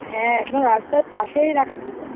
হ্যাঁ একদম রাস্তার পাশেই রাখা ছিলো